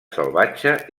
salvatge